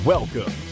Welcome